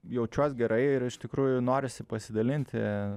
jaučiuos gerai ir iš tikrųjų norisi pasidalinti